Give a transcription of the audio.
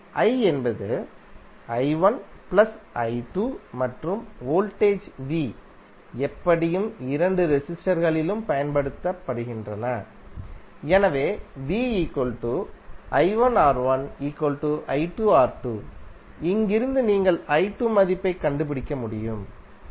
i என்பது i1 plus i2 மற்றும் voltage v எப்படியும் இரண்டு ரெசிஸ்டர் களிலும் பயன்படுத்தப்படுகின்றன எனவே இங்கிருந்து நீங்கள் மதிப்பைக் கண்டுபிடிக்க முடியும்ஆனால்